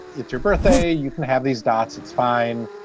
it's your birthday. you can have these dots. it's fine.